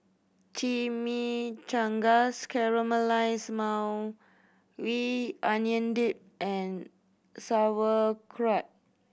Chimichangas Caramelized Maui We Onion Dip and Sauerkraut